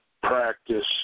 practice